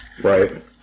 Right